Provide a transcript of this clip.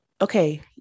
Okay